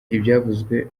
ibyavuzwe